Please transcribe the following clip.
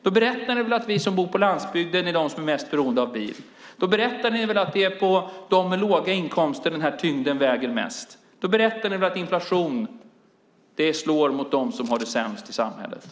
Då berättar ni väl att vi som bor på landsbygden är mest beroende av bil? Då berättar ni väl att det är på dem med låga inkomster som tyngden väger mest? Då berättar ni väl att inflation slår mot dem som har det sämst i samhället?